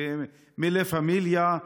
ומלה פמיליה,